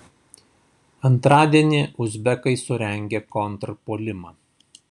antradienį uzbekai surengė kontrpuolimą